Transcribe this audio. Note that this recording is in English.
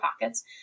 pockets